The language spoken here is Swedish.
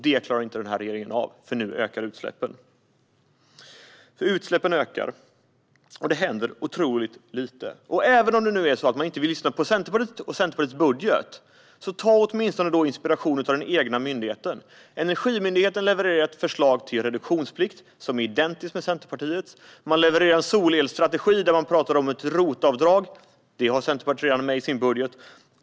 Det klarar inte den här regeringen av, för nu ökar utsläppen. Utsläppen ökar. Och det händer otroligt lite. Även om ni inte vill lyssna på Centerpartiet och Centerpartiets budget - låt er åtminstone inspireras av den egna myndigheten! Energimyndigheten har levererat ett förslag till reduktionsplikt som är identiskt med Centerpartiets. Man levererade en solelstrategi där man talade om ett ROT-avdrag. Det har Centerpartiet redan med i sin budget.